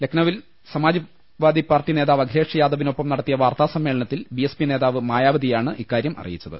ലക്നൌവിൽ Samajwadi party നേതാവ് അഖിലേഷ് യാദവിനൊപ്പം നടത്തിയ വാർത്താ സമ്മേളനത്തിൽ ബിഎസ്പി നേതാവ് മായാവതിയാണ് ഇക്കാര്യം അറിയിച്ചത്